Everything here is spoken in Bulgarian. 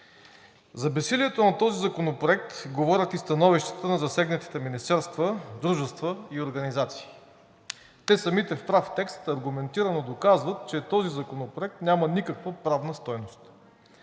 За безсилието на този законопроект говорят и становищата на засегнатите министерства, дружества и организации. Те самите в прав текст аргументирано доказват, че този законопроект няма никаква правна стойност.